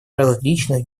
различных